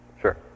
sure